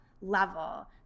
level